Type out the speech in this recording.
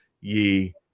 ye